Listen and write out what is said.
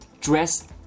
Dress